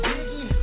Biggie